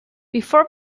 before